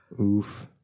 Oof